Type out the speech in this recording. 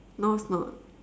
no it's not